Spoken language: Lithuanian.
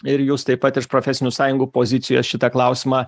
ir jūs taip pat iš profesinių sąjungų pozicijos šitą klausimą